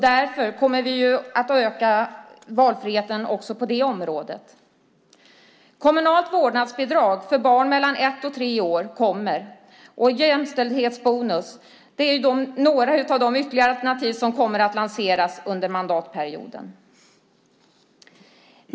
Vi kommer därför att öka valfriheten även på det området. Kommunalt vårdnadsbidrag för barn mellan ett och tre år och jämställdhetsbonus kommer. Det är några ytterligare alternativ som kommer att lanseras under mandatperioden.